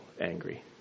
angry